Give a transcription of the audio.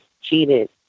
cheated